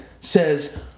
says